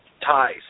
ties